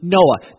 Noah